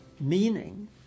meaning